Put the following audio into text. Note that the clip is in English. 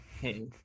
Hey